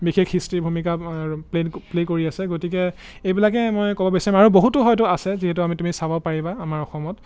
বিশেষ হিষ্ট্ৰীৰ ভূমিকা প্লেন প্লে কৰি আছে গতিকে এইবিলাকেই মই ক'ব বিচাৰিম আৰু বহুতো হয়তো আছে যিহেতু আমি তুমি চাব পাৰিবা আমাৰ অসমত